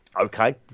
Okay